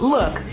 Look